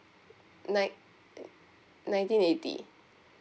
nine~ nineteen eighty